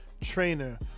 trainer